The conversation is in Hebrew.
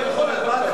אל תקרא לי.